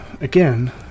again